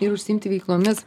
ir užsiimti veiklomis